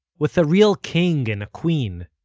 with a real king and a queen.